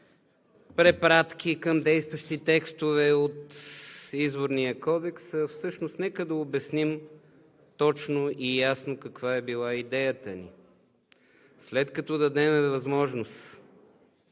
препратки към действащи текстове от Изборния кодекс. Всъщност нека да обясним точно и ясно каква е била идеята ни. След като дадем възможност